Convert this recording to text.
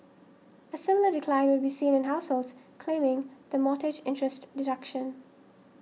a similar decline would be seen in households claiming the mortgage interest deduction